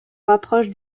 rapproche